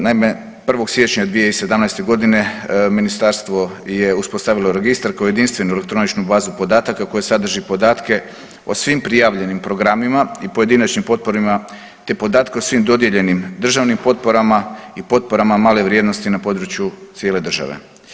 Naime, 1. siječnja 2017.g. ministarstvo je uspostavilo registar kao jedinstvenu elektroničnu bazu podataka koji sadrži podatke o svim prijavljenim programima i pojedinačnim potporama, te podatke o svim dodijeljenim državnim potporama i potporama male vrijednosti na području cijele države.